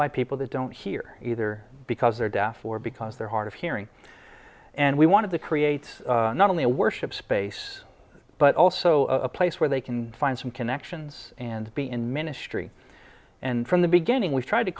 by people that don't hear either because they're death for because they're hard of hearing and we want to create not only a worship space but also a place where they can find some connections and be in ministry and from the beginning we tried to